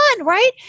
right